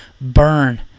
burn